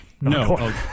No